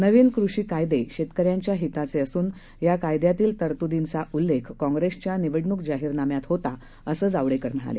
नवीन कृषी कायदे शेतकऱ्यांच्या हिताचे असून या कायद्यातील तरतुदींचा उल्लेख काँग्रेसच्या निवडणुक जाहीरनाम्यात होता असं जावडेकर म्हणाले